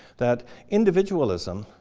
that individualism,